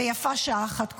ויפה שעה אחת קודם.